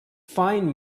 find